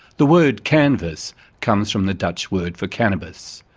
the word canvas comes from the dutch word for cannabis.